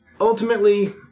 Ultimately